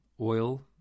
oil